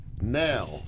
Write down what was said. Now